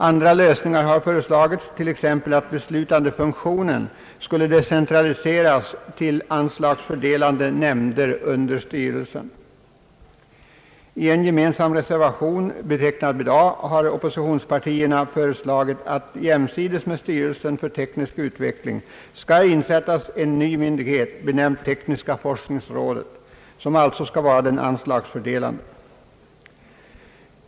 Andra lösningar har föreslagits, t.ex. att beslutandefunktionen skulle decentraliseras = till = anslagsfördelande nämnder under styrelsen. I en gemensam reservation, betecknad med A, har oppositionspartierna föreslagit att jämsides med styrelsen för teknisk utveckling skall inrättas en ny myndighet benämnd tekniska forskningsrådet, som alltså skall vara den anslagsfördelande.